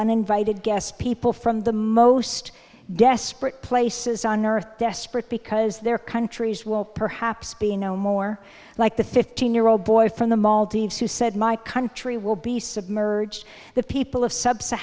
uninvited guest people from the most desperate places on earth desperate because their countries will perhaps be no more like the fifteen year old boy from the maldives who said my country will be submerged the people of sub